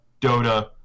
dota